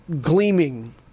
gleaming